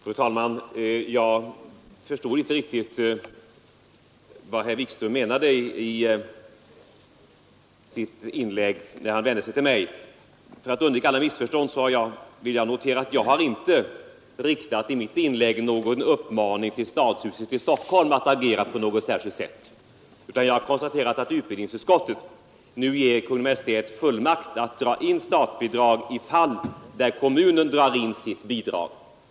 Fru talman! Jag förstod inte riktigt vad herr Wikström menade när han vände sig till mig. För att undvika alla missförstånd vill jag notera att jag i mitt inlägg inte riktat någon uppmaning till stadshuset i Stockhom att agera på något särskilt sätt, utan jag har konstaterat att utbildningsutskottet föreslår att riksdagen skall ge Kungl. Maj:t fullmakt att dra in statsbidraget i de fall där kommunen drar in sitt bidrag.